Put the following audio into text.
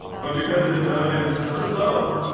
but because the database is so slow,